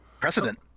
Precedent